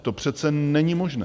To přece není možné.